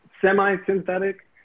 semi-synthetic